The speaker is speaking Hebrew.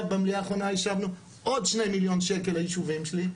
במליאה האחרונה אישרנו עוד 2 מיליון שקל לישובים שלי,